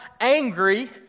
angry